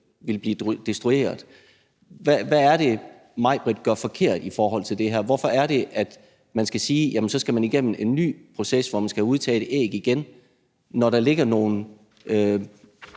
vil blive destrueret. Hvad er det, Majbritt gør forkert i forhold til det her? Hvorfor er det, at man skal sige: Jamen så skal man igennem en ny proces og få taget æg ud igen, når der ligger nogle